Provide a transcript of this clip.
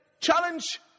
challenge